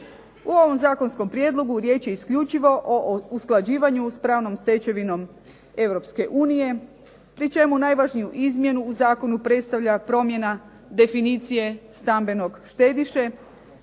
U ovom zakonskom prijedlogu riječ je isključivo o usklađivanju s pravnom stečevinom EU pri čemu najvažniju izmjenu u zakonu predstavlja promjena definicije stambenog štediše.